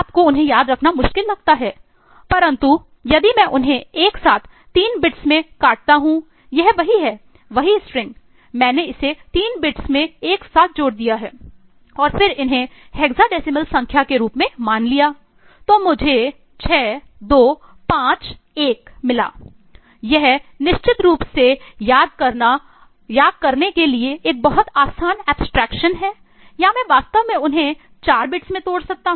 तो मुझे 6251 मिला यह निश्चित रूप से याद करने के लिए एक बहुत आसान एब्स्ट्रेक्शन संख्या के रूप में मान सकता हूं